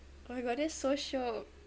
oh my god that's so shiok